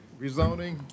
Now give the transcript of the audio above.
rezoning